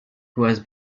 has